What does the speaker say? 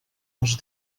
les